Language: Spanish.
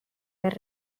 ver